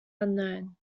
unknown